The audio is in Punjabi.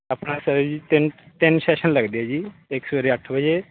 ਆਪਣਾ ਸਰ ਜੀ ਤਿੰਨ ਤਿੰਨ ਸੈਸ਼ਨ ਲੱਗਦੇ ਆ ਜੀ ਇੱਕ ਸਵੇਰੇ ਅੱਠ ਵਜੇ